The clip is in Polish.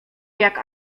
jak